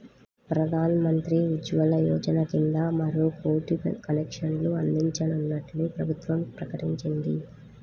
ప్రధాన్ మంత్రి ఉజ్వల యోజన కింద మరో కోటి కనెక్షన్లు అందించనున్నట్లు ప్రభుత్వం ప్రకటించింది